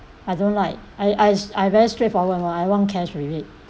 I don't like I I I very straightforward [one] I want cash rebate